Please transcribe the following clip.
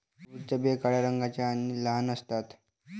टरबूजाच्या बिया काळ्या रंगाच्या आणि लहान असतात